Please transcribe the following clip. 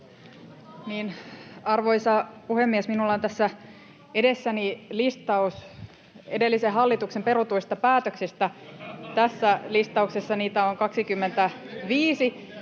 Arvoisa puhemies! Minulla on tässä edessäni listaus edellisen hallituksen perutuista päätöksistä. Tässä listauksessa niitä on 25.